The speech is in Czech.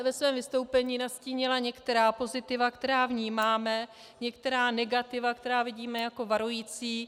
Ve svém vystoupení jsem nastínila některá pozitiva, která vnímáme, některá negativa, která vidíme jako varující.